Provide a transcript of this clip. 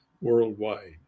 worldwide